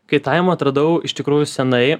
kaitavimą atradau iš tikrųjų senai